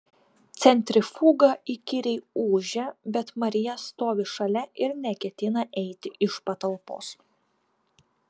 centrifuga įkyriai ūžia bet marija stovi šalia ir neketina eiti iš patalpos